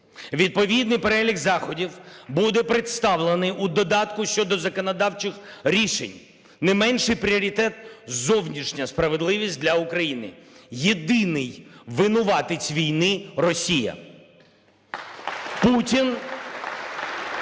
Відповідний перелік заходів буде представлений у додатку щодо законодавчих рішень. Не менший пріоритет – зовнішня справедливість для України. Єдиний винуватець війни – Росія. Путін